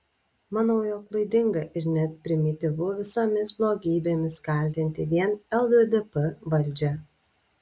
manau jog klaidinga ir net primityvu visomis blogybėmis kaltinti vien lddp valdžią